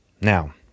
Now